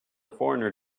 foreigner